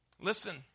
Listen